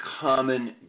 common